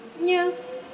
ya